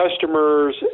customers